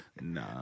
Nah